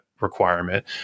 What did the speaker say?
requirement